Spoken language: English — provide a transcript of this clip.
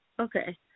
Okay